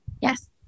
Yes